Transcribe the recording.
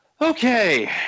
Okay